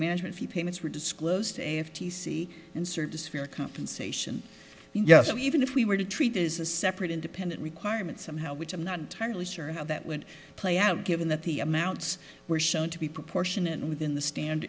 management fee payments were disclosed an f t c in service fair compensation yes even if we were to treat is a separate independent requirement somehow which i'm not entirely sure of that would play out given that the amounts were shown to be proportionate within the stand